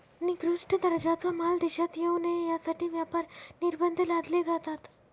निकृष्ट दर्जाचा माल देशात येऊ नये यासाठी व्यापार निर्बंध लादले जातात